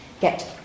get